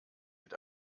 mit